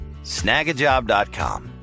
Snagajob.com